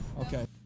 Okay